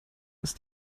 ist